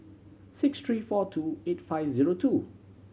six three four two eight five zero two